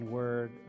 word